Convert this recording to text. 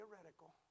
theoretical